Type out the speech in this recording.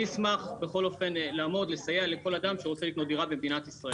אני אשמח לסייע לכל אדם שרוצה לקנות דירה במדינת ישראל.